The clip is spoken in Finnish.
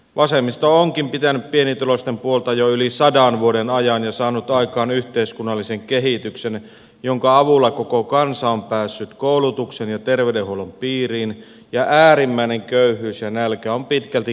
vasemmisto onkin pitänyt pienituloisten puolta jo yli sadan vuoden ajan ja saanut aikaan yhteiskunnallisen kehityksen jonka avulla koko kansa on päässyt koulutuksen ja terveydenhuollon piiriin ja äärimmäinen köyhyys ja nälkä on pitkälti kitketty maastamme